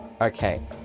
Okay